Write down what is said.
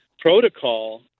protocol